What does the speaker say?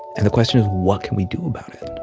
and the question is, what can we do about it?